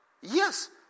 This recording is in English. Yes